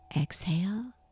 Exhale